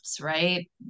right